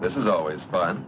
this is always fun